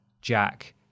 Jack